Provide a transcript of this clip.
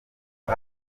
aba